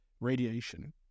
radiation